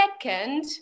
second